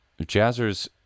jazzers